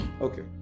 Okay